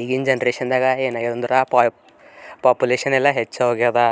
ಈಗಿನ ಜನ್ರೇಷನ್ದಾಗ ಏನಾಗ್ಯದಂದ್ರೆ ಪಾಪ್ ಪಾಪ್ಯುಲೇಶನ್ನೆಲ್ಲ ಹೆಚ್ಚಾಗೋಗ್ಯದ